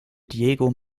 diego